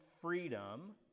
freedom